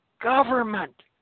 government